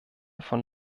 von